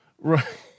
Right